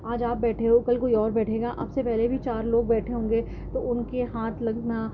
آج آپ بیٹھے ہو کل کوئی اور بیٹھے گا آپ سے پہلے بھی چار لوگ بیٹھے ہوں گے تو ان کے ہاتھ لگنا